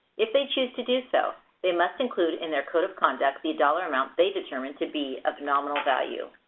if they choose to do so, they must include in their code of conduct the dollar amount they determine to be of nominal value.